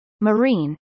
marine